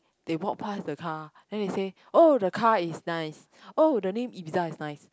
they walk passed the car then they say oh the car is nice oh the name Ibiza is nice